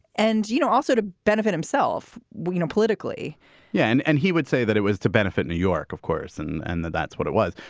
and, you know, also to benefit himself you know politically yeah. and and he would say that it was to benefit new york, of course. and and that that's what it was.